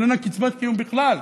היא איננה קצבת קיום בכלל.